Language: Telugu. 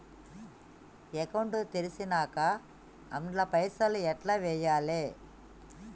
అకౌంట్ తెరిచినాక అండ్ల పైసల్ ఎట్ల వేయాలే?